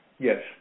Yes